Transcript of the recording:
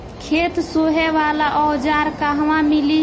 खेत सोहे वाला औज़ार कहवा मिली?